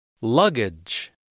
Luggage